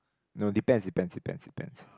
no depends depends depends depends